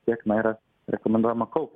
tiek na yra rekomenduojama kaupt